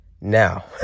now